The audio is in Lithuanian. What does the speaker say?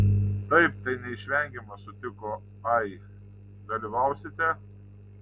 taip tai neišvengiama sutiko ai dalyvausite